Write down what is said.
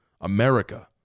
America